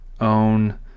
own